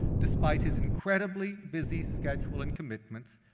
despite his incredibly busy schedule and commitments,